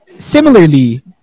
Similarly